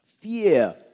fear